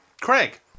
Craig